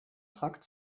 trakt